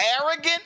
arrogant